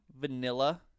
vanilla